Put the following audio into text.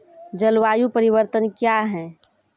जलवायु परिवर्तन कया हैं?